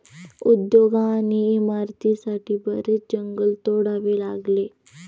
उद्योग आणि इमारतींसाठी बरेच जंगल तोडावे लागले